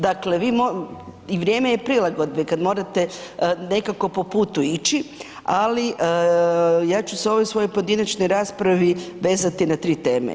Dakle, vi, vrijeme je prilagodbe kad morate nekako po putu ići, ali ja ću se u ovoj svojoj pojedinačnoj raspravi vezati na tri teme.